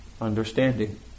understanding